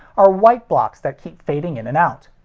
are white blocks that keep fading in and out.